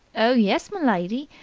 oh, yes, m'lady!